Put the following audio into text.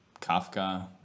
Kafka